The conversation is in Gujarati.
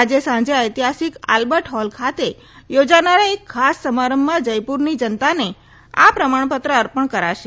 આજે સાંજે ઐતિહાસિક આલ્બર્ટ હોલ ખાતે યોજાનારા એક ખાસ સમારંભમાં જયપુરની જનતાને આ પ્રમાણપત્ર અર્પણ કરાશે